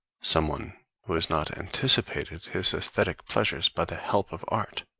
someone who has not anticipated his aesthetic pleasures by the help of art,